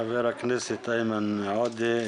חבר הכנסת איימן עודה,